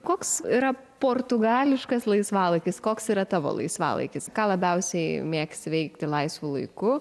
koks yra portugališkas laisvalaikis koks yra tavo laisvalaikis ką labiausiai mėgsti veikti laisvu laiku